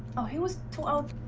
it was twelve